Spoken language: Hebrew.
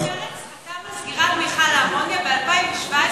פרץ חתם על סגירת מכל האמוניה ב-2017,